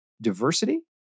diversity